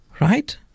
Right